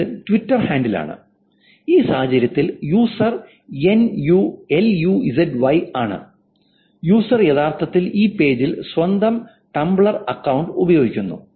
ഇത് Twitter handle ആണ് ഈ സാഹചര്യത്തിൽ user L U S Y ആണ് യൂസർ യഥാർത്ഥത്തിൽ ഈ പേജിൽ സ്വന്തം ടംബ്ലർ അക്കൌണ്ട് ബന്ധിപ്പിക്കുന്നു